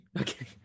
Okay